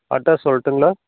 address சொல்லட்டுங்களா